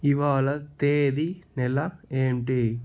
ఇవాళ తేదీ నెల ఏంటి